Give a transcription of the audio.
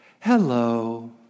hello